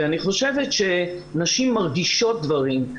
אני חושבת שנשים מרגישות דברים,